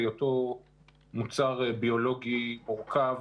בהיותו מוצר ביולוגי מורכב,